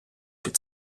під